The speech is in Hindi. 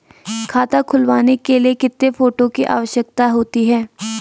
खाता खुलवाने के लिए कितने फोटो की आवश्यकता होती है?